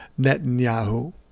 Netanyahu